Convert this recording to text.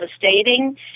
devastating